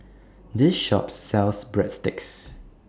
This Shop sells Breadsticks